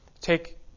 take